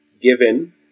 given